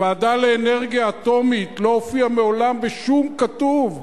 הוועדה לאנרגיה אטומית לא הופיעה מעולם בשום כתוב?